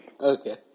Okay